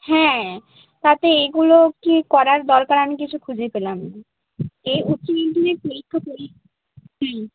হ্যাঁ তাতে এগুলো কি করার দরকার আমি কিছু খুঁজেই পেলাম এই হ্যাঁ